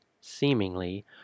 seemingly